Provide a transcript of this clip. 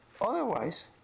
Otherwise